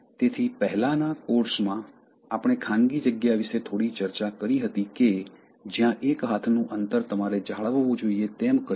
તેથી પહેલાંના કોર્સમાં આપણે ખાનગી જગ્યા વિશે થોડી ચર્ચા કરી હતી કે જ્યાં એક હાથનું અંતર તમારે જાળવવું જોઈએ તેમ કહ્યું છે